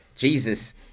Jesus